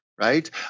Right